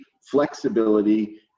flexibility